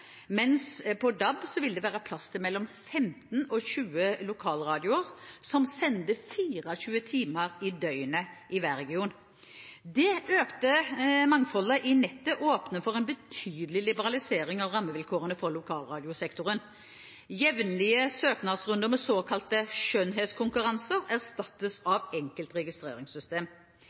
mens på DAB vil det være plass til mellom 15 og 20 lokalradioer som sender 24 timer i døgnet i hver region. Det økte mangfoldet i nettet åpner for en betydelig liberalisering av rammevilkårene for lokalradiosektoren. Jevnlige søknadsrunder med såkalte skjønnhetskonkurranser erstattes